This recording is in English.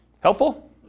Helpful